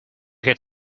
had